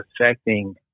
affecting